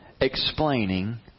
explaining